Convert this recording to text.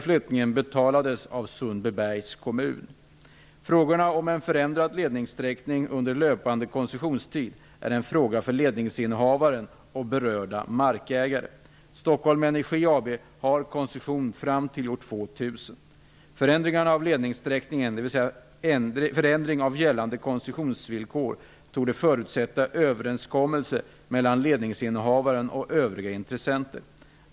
Frågorna om en förändrad ledningssträckning under löpande koncessionstid är en fråga för ledningsinnehavaren och berörda markägare. förändring av gällande koncessionsvillkor torde förutsätta överenskommelse mellan ledningsinnehavaren och övriga intressenter.